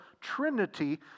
Trinity